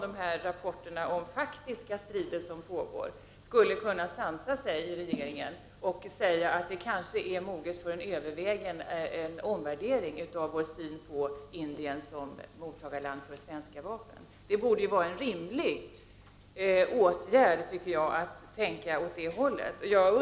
der som pågår hade jag förväntat mig att man skulle kunna sansa sig i regeringen och s att tiden kanske är mogen för en omvärdering av synen på Indien som mottagarland för svenska vapen. Jag tycker att det borde vara gärd att tänka i de banorna.